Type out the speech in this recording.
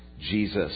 Jesus